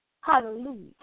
Hallelujah